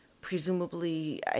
presumably